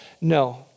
no